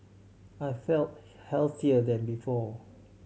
I feel healthier than before